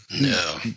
No